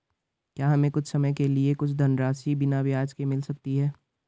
क्या हमें कुछ समय के लिए कुछ धनराशि बिना ब्याज के मिल सकती है?